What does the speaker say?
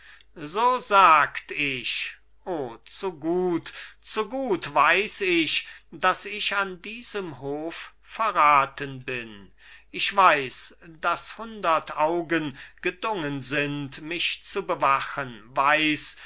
so sagt ich o zu gut zu gut weiß ich daß ich an diesem hof verraten bin ich weiß daß hundert augen gedungen sind mich zu bewachen weiß